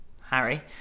Harry